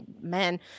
men